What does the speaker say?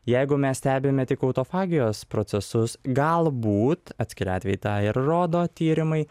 jeigu mes stebime tik autofagijos procesus galbūt atskiri atvejai tą ir rodo tyrimai